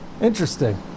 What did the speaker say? interesting